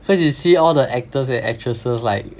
because you see all the actors and actresses like